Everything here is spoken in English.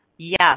yes